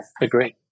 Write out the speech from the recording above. agree